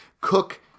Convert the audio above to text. Cook